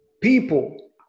People